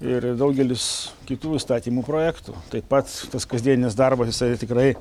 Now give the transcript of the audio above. ir daugelis kitų įstatymų projektų tai pats tas kasdienis darbas jisai tikrai